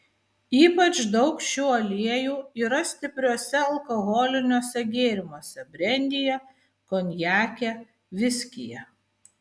ypač daug šių aliejų yra stipriuose alkoholiniuose gėrimuose brendyje konjake viskyje